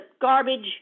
garbage